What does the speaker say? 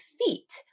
feet